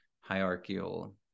hierarchical